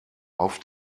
auf